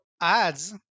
ads